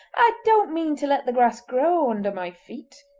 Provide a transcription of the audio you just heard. i don't mean to let the grass grow under my feet.